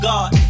God